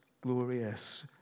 glorious